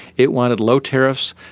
it wanted low tariffs,